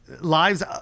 lives